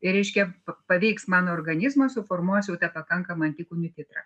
reiškia p paveiks mano organizmą suformuos jau tą pakankamą antikūnių titrą